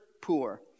poor